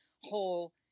whole